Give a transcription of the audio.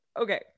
Okay